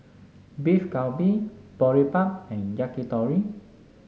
Beef Galbi Boribap and Yakitori